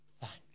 thanks